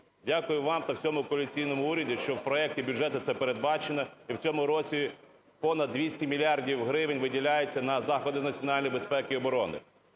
Дякую вам та всьому коаліційному уряду, що в проекті бюджету це передбачено, і в цьому році понад двісті мільярдів гривень виділяється на заходи національної безпеки і оборони.